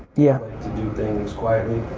yeah to do things quietly.